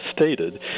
stated